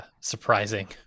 surprising